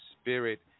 spirit